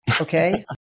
okay